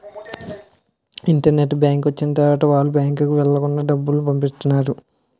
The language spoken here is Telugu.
ఇంటర్నెట్ బ్యాంకు వచ్చిన తర్వాత వాళ్ళు బ్యాంకుకు వెళ్లకుండా డబ్బులు పంపిత్తన్నారు